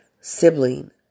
sibling